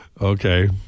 Okay